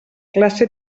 classe